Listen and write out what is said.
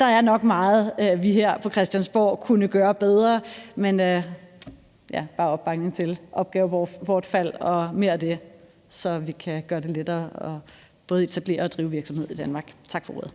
der er nok meget, vi her på Christiansborg kunne gøre bedre, men der er opbakning til opgavebortfald – og mere af det – så vi kan gøre det lettere både at etablere og drive virksomhed i Danmark. Tak for ordet.